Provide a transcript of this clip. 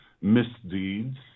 misdeeds